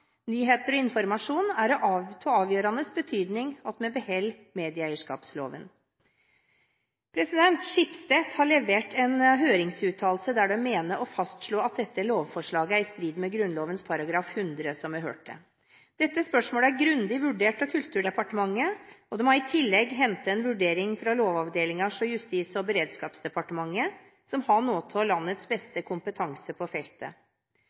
nyheter og informasjon, er det av avgjørende betydning at vi beholder medieeierskapsloven. Schibsted har levert en høringsuttalelse der de mener å fastslå at dette lovforslaget er i strid med Grunnloven § 100, som vi hørte. Dette spørsmålet er grundig vurdert av Kulturdepartementet. De har i tillegg hentet en vurdering fra Lovavdelingen hos Justis- og beredskapsdepartementet, som har noe av landets beste kompetanse på feltet.